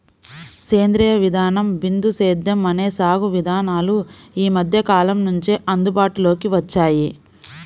సేంద్రీయ విధానం, బిందు సేద్యం అనే సాగు విధానాలు ఈ మధ్యకాలం నుంచే అందుబాటులోకి వచ్చాయి